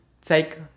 take